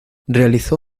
realizó